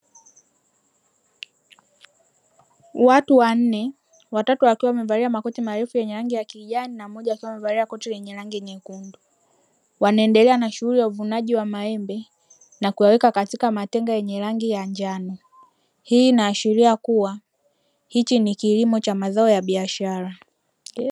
Watu wanne watatu wakiwa wamevalia makoti marefu yenye rangi ya kijani na mmoja akiwa amevalia koti lenye rangi nyekundu. Wanaendelea na shughuli ya uvunaji wa maembe na kuyaweka katika matenga yenye rangi ya njano. Hii inaashiria kuwa hiki ni kilimo cha mazao ya biashara.